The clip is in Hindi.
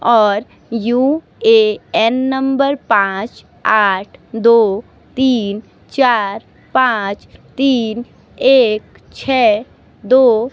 और यू ए एन नंबर पाँच आठ दो तीन चार पाँच तीन एक छः दो